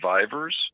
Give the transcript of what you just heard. survivors